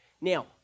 Now